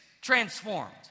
transformed